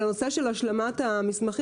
אבל הנושא של השלמת המסמכים,